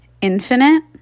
infinite